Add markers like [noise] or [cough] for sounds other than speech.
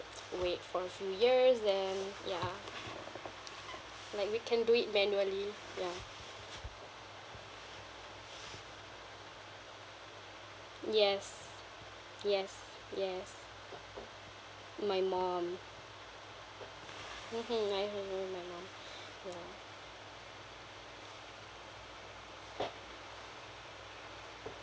wait for a few years then ya like we can do it manually ya yes yes yes my mum mmhmm I have one with my mum [breath] ya